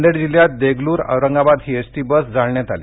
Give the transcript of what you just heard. नांदेड जिल्ह्यात देगलूर औरंगाबाद ही S T bus जाळण्यात आली